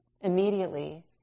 immediately